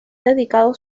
dedicado